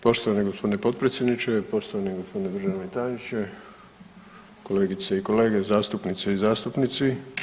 Poštovani gospodine potpredsjedniče, poštovani gospodine državni tajniče, kolegice i kolege zastupnice i zastupnici.